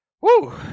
Woo